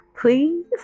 please